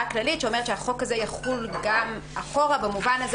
כללית שאומרת שהחוק הזה יחול גם אחורה במובן הזה